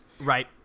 Right